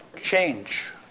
change,